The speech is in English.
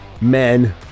men